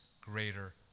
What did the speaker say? greater